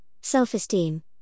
self-esteem